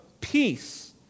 peace